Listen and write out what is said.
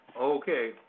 Okay